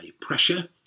Pressure